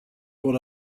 what